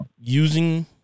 Using